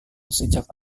sejak